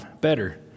better